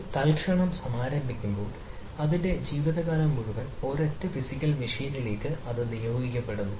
ഒരു തൽക്ഷണം സമാരംഭിക്കുമ്പോൾ അതിന്റെ ജീവിതകാലം മുഴുവൻ ഒരൊറ്റ ഫിസിക്കൽ മെഷീനിലേക്ക് അത് നിയോഗിക്കപ്പെടുന്നു